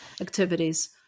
activities